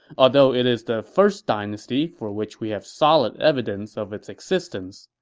although it is the first dynasty for which we have solid evidence of its existence.